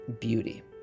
beauty